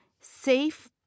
safe